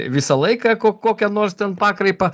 visą laiką ko kokią nors ten pakraipą